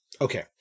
Okay